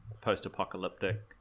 post-apocalyptic